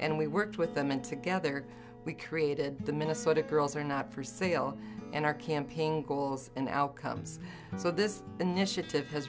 and we worked with them and together we created the minnesota girls are not for sale and are camping and outcomes so this initiative has